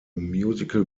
musical